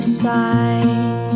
side